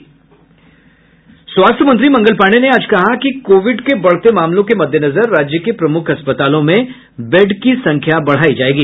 स्वास्थ्य मंत्री मंगल पांडेय ने आज कहा कि कोविड के बढ़ते मामलों के मद्देनजर राज्य के प्रमुख अस्पतालों में वेड की संख्या बढ़ायी जायेगी